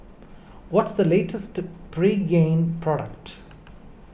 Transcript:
what is the latest Pregain product